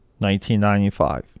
1995